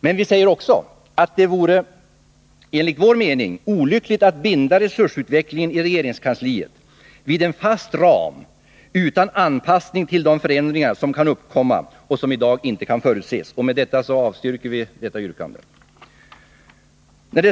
Men vi säger också att det enligt vår mening vore olyckligt att binda resursutvecklingen inom regeringskansliet vid en fast ram utan anpassningar till de förändringar som kan uppkomma och som i dag inte kan förutses. Med detta avstyrker vi yrkandet.